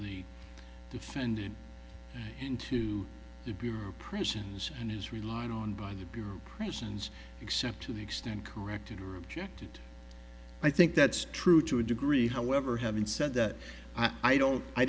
the defendant into the bureau of prisons and is relying on by the bureau of prisons except to the extent corrected or objected i think that's true to a degree however having said that i don't i